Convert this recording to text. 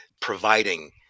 providing